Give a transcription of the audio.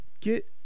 Get